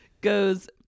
goes